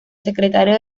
secretario